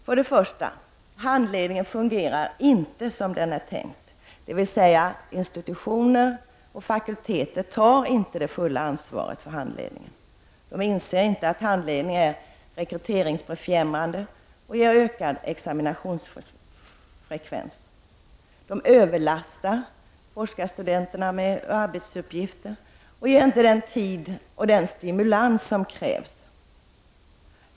För det första fungerar inte handledningen som den är tänkt, dvs. institutioner och fakulteter tar inte alltid det fulla ansvaret för handledningen. De inser inte att handledning är rekryteringsbefrämjande och ger ökad examinationsfrekvens. De överlastar forskarstuderande med arbetsuppgifter, ger inte den stimulans och tid som krävs.